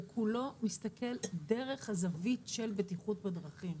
כולו מסתכל דרך הזווית של בטיחות בדרכים.